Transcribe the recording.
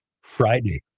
Friday